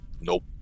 Nope